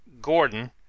Gordon